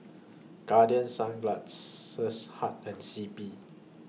Guardian Sunglass Hut and C P